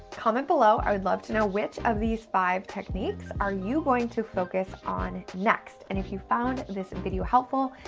comment below. i would love to know which of these five techniques are you going to focus on next? and if you found this video helpful,